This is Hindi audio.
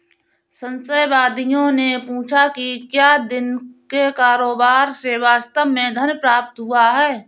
संशयवादियों ने पूछा कि क्या दिन के कारोबार से वास्तव में धन प्राप्त हुआ है